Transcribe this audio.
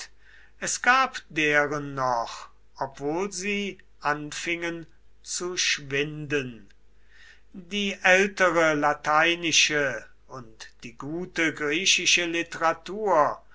es gab deren noch obwohl sie anfingen zu schwinden die ältere lateinische und die gute griechische literatur